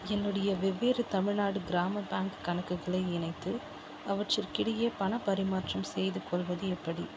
என்னுடைய வெவ்வேறு தமிழ்நாடு கிராம பேங்க் கணக்குகளை இணைத்து அவற்றிற்கிடையே பணப் பரிமாற்றம் செய்துகொள்வது எப்படி